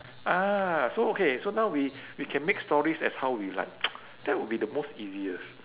ah so okay so now we we can make stories as how we like that would be the most easiest